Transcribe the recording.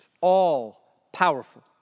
all-powerful